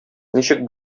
ничек